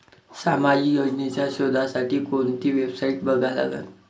सामाजिक योजना शोधासाठी कोंती वेबसाईट बघा लागन?